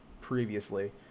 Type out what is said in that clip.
previously